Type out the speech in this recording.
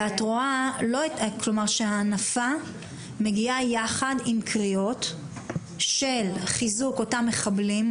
ואת רואה שהנפה מגיעה יחד עם קריאות של חיזוק אותם מחבלים,